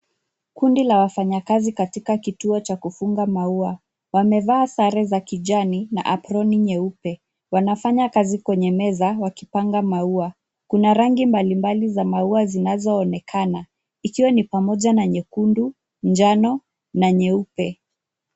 Kundi la wafanyakazi katika kituo cha kufunga maua. Wamevaa sare za kijani na aproni nyeupe. Wanafanya kazi kwenye meza wakipanga maua. Kuna rangi mbalimbali za maua zinazoonekana ikiwa ni pamoja na nyekundu, njano na nyeupe.